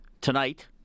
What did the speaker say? Tonight